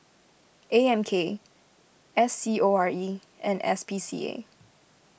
A M K S C O R E and S P C A